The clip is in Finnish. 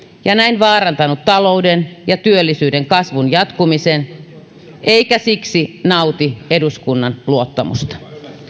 ja näin vaarantanut talouden ja työllisyyden kasvun jatkumisen eikä siksi nauti eduskunnan luottamusta